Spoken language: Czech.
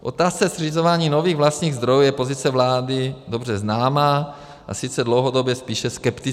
V otázce zřizování nových vlastních zdrojů je pozice vlády dobře známa, a sice dlouhodobě spíše skeptická.